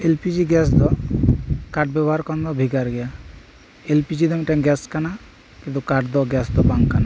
L P G gas ᱫᱚ ᱠᱟᱴ ᱵᱮᱵᱚᱦᱟᱨ ᱠᱷᱚᱱ ᱫᱚ ᱵᱷᱮᱜᱟᱨ ᱜᱮᱭᱟ ᱮᱞ ᱯᱤ ᱡᱤ ᱫᱚ ᱢᱤᱜᱴᱟᱝ ᱜᱮᱥ ᱠᱟᱱᱟ ᱠᱤᱱᱛᱩ ᱠᱟᱴ ᱫᱚ ᱜᱮᱥ ᱫᱚ ᱵᱟᱝ ᱠᱟᱱᱟ